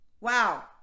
wow